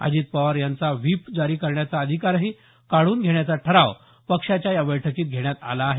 अजित पवार यांचा व्हीप जारी करण्याचा अधिकारही काढून घेण्याचा ठराव पक्षाच्या या बैठकीत घेण्यात आला आहे